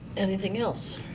anything else?